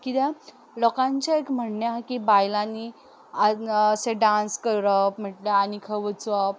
कित्याक लोकांचें एक म्हण्णें हा की बायलांनीं अशें डांस करप म्हणल्यार आनीक खंय वचप